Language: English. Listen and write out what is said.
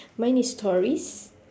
mine is stories